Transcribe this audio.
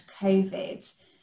COVID